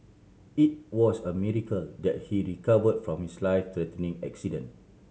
it was a miracle that he recovered from his life threatening accident